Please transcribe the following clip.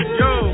yo